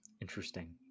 interesting